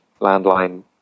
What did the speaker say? landline